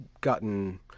gotten